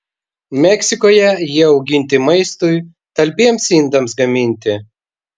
meksikoje jie auginti maistui talpiems indams gaminti